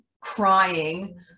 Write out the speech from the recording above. crying